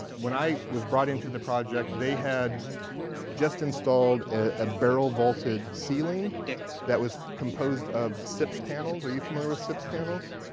when i was brought into the project, they had just installed a barrel vaulted ceiling that was composed of sips panels. are you familiar with sips panels?